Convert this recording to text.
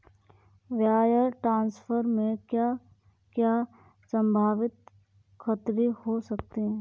Wire transfer में क्या क्या संभावित खतरे हो सकते हैं?